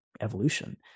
evolution